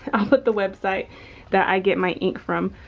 i'll put the website that i get my ink from.